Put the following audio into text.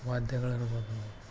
ವಾದ್ಯಗಳು ಇರ್ಬೋದು